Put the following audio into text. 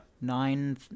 Nine